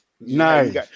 Nice